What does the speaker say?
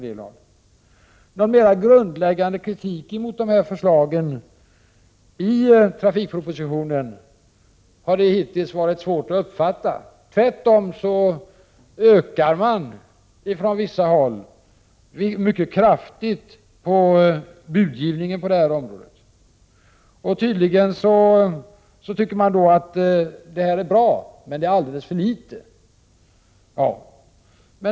Någon mera grundläggande kritik mot förslagen i trafikpropositionen har det hittills varit svårt att finna. Tvärtom höjer man på vissa håll buden på det här området mycket kraftigt. Tydligen tycker man att det är bra men alldeles för litet.